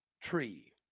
tree